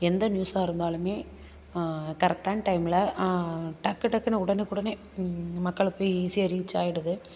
எந்த நியூஸ்ஸாக இருந்தாலுமே கரெக்ட்டான டைமில் டக்கு டக்குனு உடனுக்குடனேயே மக்களை போய் ஈஸியா ரீச்சாகிடுது